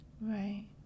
Right